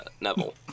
Neville